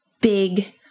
big